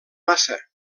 massa